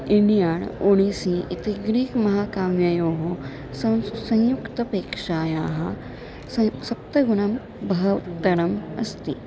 इण्डियाण् Odyssey इति Greek महाकाव्ययोः संस्क् संयुक्तपेक्षायाः सै सप्तगुणं बहु उत्तमम् अस्ति